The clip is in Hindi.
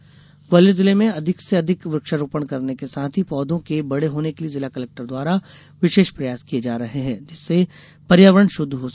वृक्षारोपण ग्वालियर जिले में अधिक से अधिक वृक्षारोपण करने के साथ ही पौधों के बड़े होने के लिए जिला कलेक्टर द्वारा विशेष प्रयास किए जा रहे हैं जिससे पर्यावरण शुद्ध हो सके